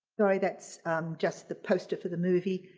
though that's just the poster for the movie.